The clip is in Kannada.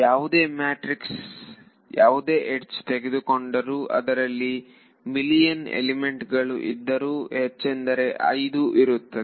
ಯಾವುದೇ ಯಡ್ಜ್ ತೆಗೆದುಕೊಂಡರೂ ಅದರಲ್ಲಿ ಮಿಲಿಯನ್ ಎಲಿಮೆಂಟ್ ಗಳು ಇದ್ದರೂ ಹೆಚ್ಚೆಂದರೆ 5 ಇರುತ್ತದೆ